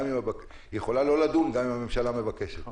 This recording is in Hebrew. גם יכולה לא לדון גם אם הממשלה מבקשת.